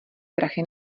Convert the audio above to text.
prachy